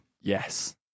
Yes